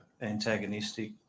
antagonistic